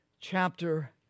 chapter